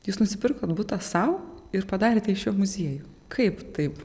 jūs nusipirkot butą sau ir padarėte iš jo muziejų kaip taip